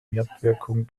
mitwirkung